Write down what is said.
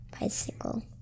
Bicycle